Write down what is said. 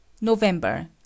November